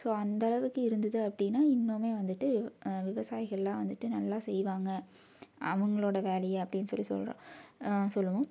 so அந்த அளவுக்கு இருந்தது அப்படின்னா இன்னும் வந்துட்டு விவசாயிகள்லாம் வந்துட்டு நல்லா செய்வாங்க அவங்களோட வேலையை அப்டின்னு சொல்லி சொல்கிறோம் சொல்வோம்